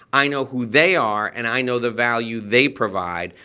i know who they are, and i know the value they provide.